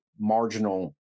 marginal